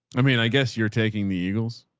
i mean, i guess you're taking the eagles.